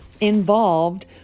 involved